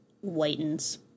whitens